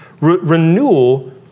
Renewal